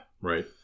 Right